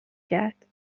کرد